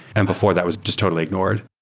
and before that was just totally ignored.